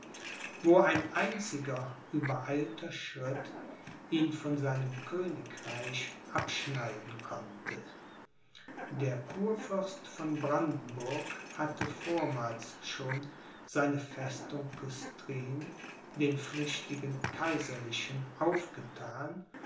wo ein einziger übereilter schritt ihn von seinem königreich abschneiden konnte der kurfürst von brandenburg hatte vormals schon seine festung küstrin den flüchtigen kaiserlichen aufgethan